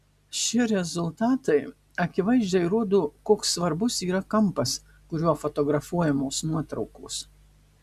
šie rezultatai akivaizdžiai rodo koks svarbus yra kampas kuriuo fotografuojamos nuotraukos